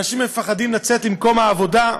אנשים מפחדים לצאת למקום העבודה,